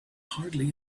hardly